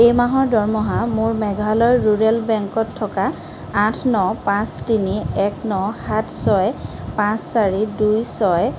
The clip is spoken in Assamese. এই মাহৰ দৰমহা মোৰ মেঘালয় ৰুৰেল বেংকত থকা আঠ ন পাঁচ তিনি এক ন সাত ছয় পাঁচ চাৰি দুই ছয়